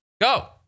Go